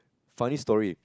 funny story